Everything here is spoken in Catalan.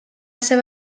seva